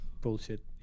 bullshit